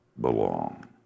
belong